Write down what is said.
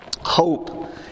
Hope